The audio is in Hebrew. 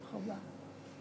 ברוך הבא.